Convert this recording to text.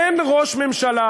אין ראש ממשלה